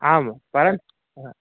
आं परन्तु